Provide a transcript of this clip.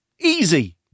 Easy